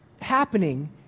happening